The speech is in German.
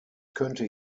könnte